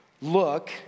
Look